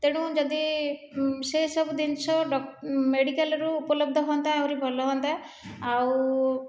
ତେଣୁ ଯଦି ସେସବୁ ଜିନିଷ ମେଡିକାଲରୁ ଉପଲବ୍ଧ ହୁଅନ୍ତା ଆହୁରି ଭଲ ହୁଅନ୍ତା ଆଉ